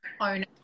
own